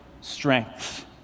strength